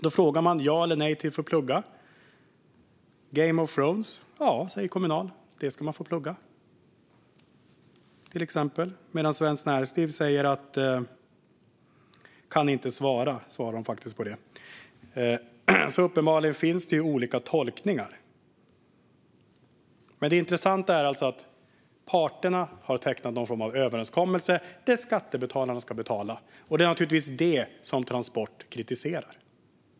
På frågan om människor ska få plugga Game of Thrones säger Kommunal: Ja, det ska man få plugga. Svenskt Näringsliv svar är att de inte kan svara. Uppenbarligen finns det olika tolkningar. Det intressanta är att parterna har tecknat någon form av överenskommelse som skattebetalarna ska betala, och det är naturligtvis detta som Transport kritiserar.